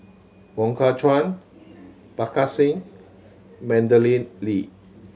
Wong Kah Chun Parga Singh Madeleine Lee